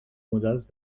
models